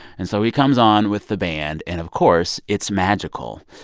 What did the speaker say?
and so he comes on with the band. and of course, it's magical.